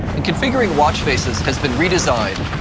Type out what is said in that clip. in configuring watch faces has been redesigned,